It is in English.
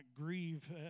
grieve